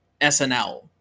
SNL